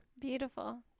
Beautiful